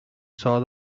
saw